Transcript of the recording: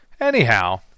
Anyhow